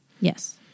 Yes